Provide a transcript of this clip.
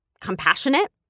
compassionate